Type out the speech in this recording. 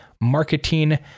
Marketing